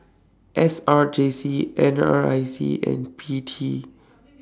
S R J C N R I C and P T